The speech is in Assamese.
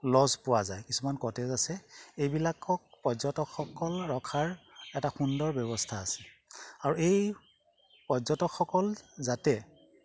ল'জ পোৱা যায় কিছুমান কটেজ আছে এইবিলাকক পৰ্যটকসকল ৰখাৰ এটা সুন্দৰ ব্যৱস্থা আছে আৰু এই পৰ্যটকসকল যাতে